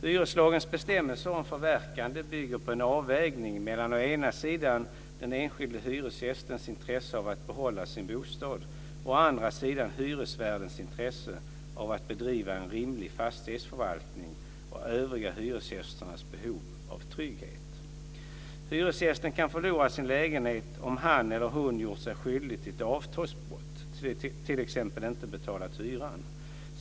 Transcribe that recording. Hyreslagens bestämmelser om förverkande bygger på en avvägning mellan å ena sidan den enskilda hyresgästens intresse av att behålla sin bostad, å andra sidan hyresvärdens intresse av att bedriva en rimlig fastighetsförvaltning och övriga hyresgästers behov av trygghet. Hyresgästen kan förlora sin lägenhet om han eller hon har gjort sig skyldig till ett avtalsbrott, t.ex. inte betalat hyran.